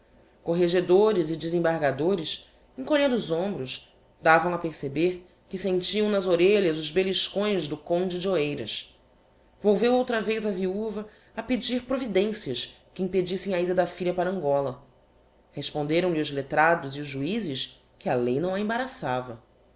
corregedores e desembargadores encolhendo os hombros davam a perceber que sentiam nas orelhas os beliscões do conde de oeiras volveu outra vez a viuva a pedir providencias que impedissem a ida da filha para angola responderam-lhe os letrados e os juizes que a lei não a embaraçava